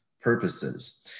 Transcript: purposes